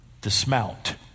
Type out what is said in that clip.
dismount